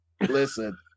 Listen